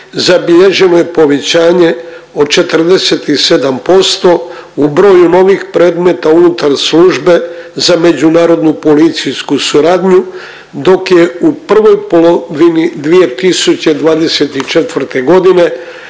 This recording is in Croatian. zabilježeno je povećanje od 47% u broju novih predmeta unutar Službe za međunarodnu policijsku suradnju dok je u prvoj polovini 2024.g.